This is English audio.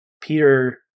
Peter